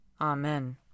Amen